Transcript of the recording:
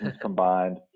combined